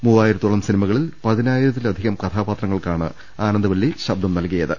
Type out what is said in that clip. മൂവായിരത്തോളം സിനിമകളിൽ പതിനായിരത്തിലധികം കഥാപാ ത്രങ്ങൾക്കാണ് ആനന്ദവല്ലി ശബ്ദം നൽകിയത്